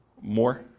More